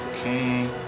Okay